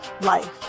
life